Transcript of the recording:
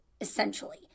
essentially